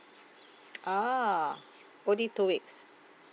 a'ah only two weeks